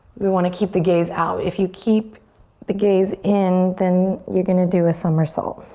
we want to keep the gaze out. if you keep the gaze in then you're gonna do a somersault.